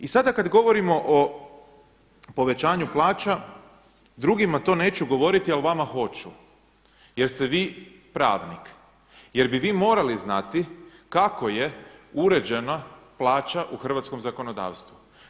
I sada kad govorimo o povećanju plaća drugima to neću govoriti, ali vama hoću jer ste vi pravnik, jer bi vi morali znati kako je uređena plaća u hrvatskom zakonodavstvu.